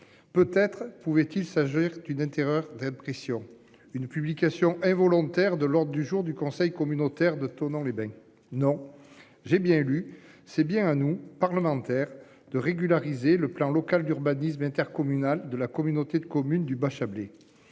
Peut être pouvait-il s'agir d'une terreur d'impression une publication involontaire de l'ordre du jour du conseil communautaire de Thonon-les-Bains. Non j'ai bien lu, c'est bien à nous parlementaires de régulariser le plan local d'urbanisme intercommunal de la communauté de communes du Bachabélé.